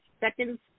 second